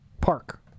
Park